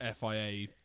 FIA